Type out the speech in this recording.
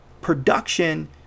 production